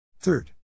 Third